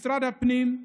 משרד הפנים,